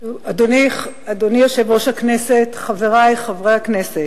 אדוני יושב-ראש הכנסת, חברי חברי הכנסת,